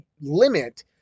limit